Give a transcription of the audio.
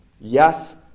Yes